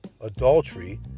adultery